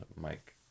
Mike